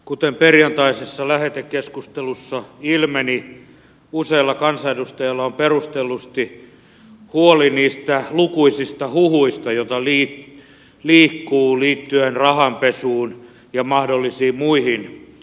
kuten perjantaisessa lähetekeskustelussa ilmeni useilla kansanedustajilla on perustellusti huoli niistä lukuisista huhuista joita liikkuu liittyen rahanpesuun ja mahdollisiin muihin epäselvyyksiin